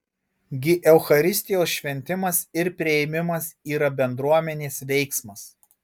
gi eucharistijos šventimas ir priėmimas yra bendruomenės veiksmas